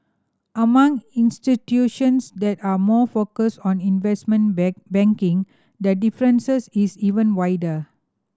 among institutions that are more focused on investment bank banking that differences is even wider